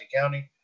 County